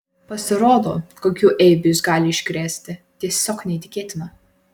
pasirodo kokių eibių jis gali iškrėsti tiesiog neįtikėtina